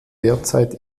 derzeit